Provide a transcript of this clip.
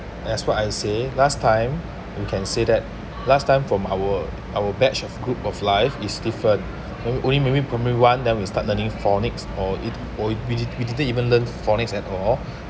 that's why I say last time you can say that last time from our our batch of group of life is different only maybe primary one than will start learning phonics or it or we didn't we didn't even learnt phonics at all